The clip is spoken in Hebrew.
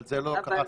אבל זה לא קרה.